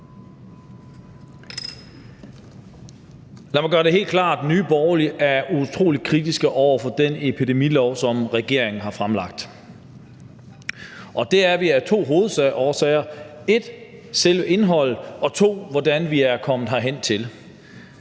Lad mig gøre det helt klart: Nye Borgerlige er utrolig kritiske over for det lovforslag til en epidemilov, som regeringen har fremsat. Og det er vi af to hovedårsager: 1) selve indholdet, og 2) hvordan vi er kommet herhentil.